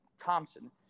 thompson